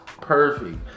perfect